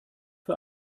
für